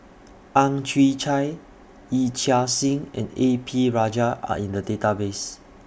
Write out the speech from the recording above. Ang Chwee Chai Yee Chia Hsing and A P Rajah Are in The Database